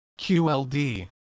QLD